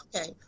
Okay